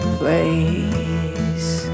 place